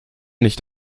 nicht